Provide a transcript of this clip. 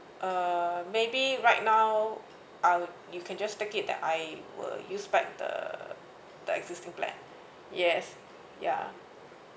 uh maybe right now I'll you can just take it that I will use back the the existing plan yes ya